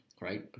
right